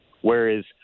whereas